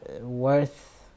worth